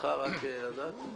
בתפקידך רק, הדס?